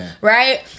right